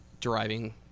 driving